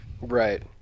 Right